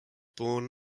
born